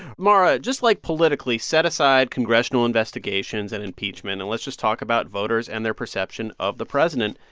mara, just, like, politically, set aside congressional investigations and impeachment. and let's just talk about voters and their perception of the president.